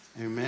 Amen